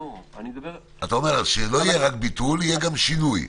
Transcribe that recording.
אתה אומר: אז שלא יהיה רק ביטול, יהיה גם שינוי.